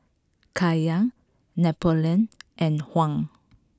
Kaya Napoleon and Hung